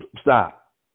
Stop